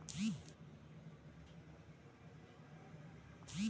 Private bank ಕೊಡೊ ಸೌಲತ್ತು ನಂಬಬೋದ?